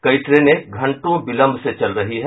कई ट्रेनें घंटो विलंब से चल रही है